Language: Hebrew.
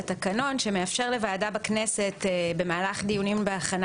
לתקנון שמאפשר לוועדה בכנסת במהלך דיונים בהכנה